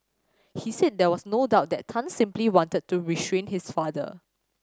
he said there was no doubt that Tan simply wanted to restrain his father